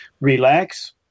relax